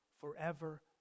forever